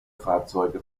fahrzeuge